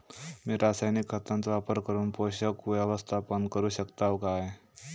मी रासायनिक खतांचो वापर करून पोषक व्यवस्थापन करू शकताव काय?